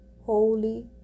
holy